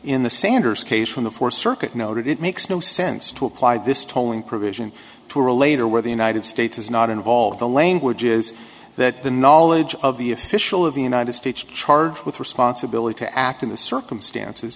in the sanders case from the four circuit noted it makes no sense to apply this tolling provision to a later where the united states is not involved the language is that the knowledge of the official of the united states charged with responsibility to act in the circumstances